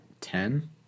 ten